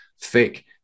fake